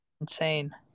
insane